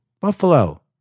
Buffalo